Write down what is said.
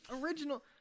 Original